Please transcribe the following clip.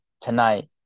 tonight